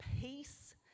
peace